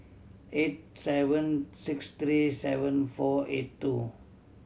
eight seven six three seven four eight two